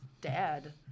dad